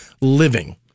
living